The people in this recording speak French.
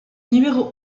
numéro